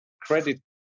credit